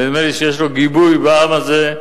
ונדמה לי שיש לו גיבוי בעם הזה.